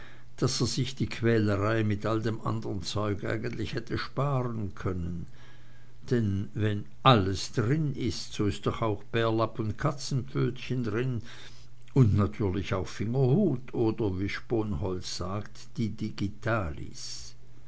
daß er sich die quälerei mit all dem andern zeug eigentlich hätte sparen können denn wenn alles drin ist so ist doch auch bärlapp und katzenpfötchen drin und natürlich auch fingerhut oder wie sponholz sagt die digitalis